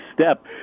step